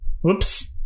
whoops